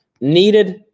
Needed